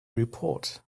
report